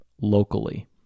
locally